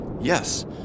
Yes